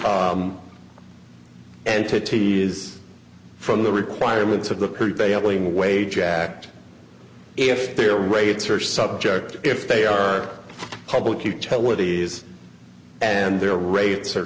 exclude entities from the requirements of the prevailing wage act if their rates are subject if they are public utilities and their ra